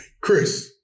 Chris